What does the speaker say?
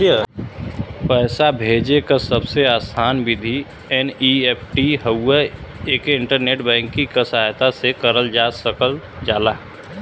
पैसा भेजे क सबसे आसान विधि एन.ई.एफ.टी हउवे एके इंटरनेट बैंकिंग क सहायता से करल जा सकल जाला